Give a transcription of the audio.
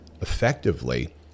effectively